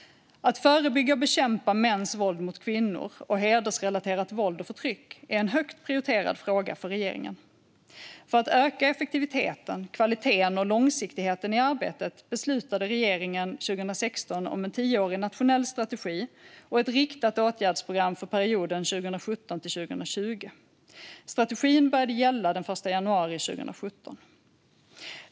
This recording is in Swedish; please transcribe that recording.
Att förebygga och bekämpa mäns våld mot kvinnor och hedersrelaterat våld och förtryck är en högt prioriterad fråga för regeringen. För att öka effektiviteten, kvaliteten och långsiktigheten i arbetet beslutade regeringen 2016 om en tioårig nationell strategi och ett riktat åtgärdsprogram för perioden 2017-2020. Strategin började gälla den 1 januari 2017.